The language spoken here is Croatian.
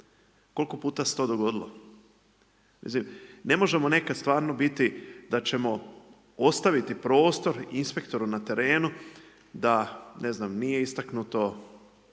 Koliko puta se to dogodilo? Mislim ne možemo nekad stvarno biti da ćemo ostaviti prostor inspektoru na terenu da ne znam nije istaknuto